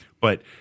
But-